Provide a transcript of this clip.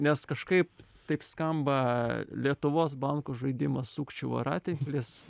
nes kažkaip taip skamba lietuvos banko žaidimas sukčių voratinklis